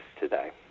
today